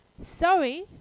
Sorry